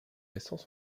récents